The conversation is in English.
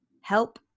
help